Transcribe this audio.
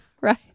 Right